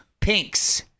pinks